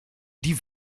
die